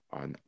on